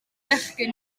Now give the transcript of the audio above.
bechgyn